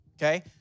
Okay